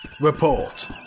Report